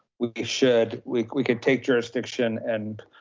we should, like we could take jurisdiction and,